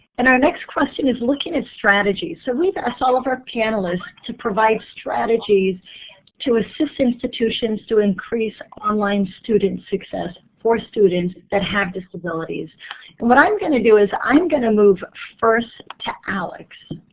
and our next question is looking at strategies. so we've asked all of our panelists to provide strategies to assist institutions to increase online student success for students that have disabilities. and what i'm going to do is i'm going to move first to alex.